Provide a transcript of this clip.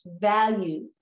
value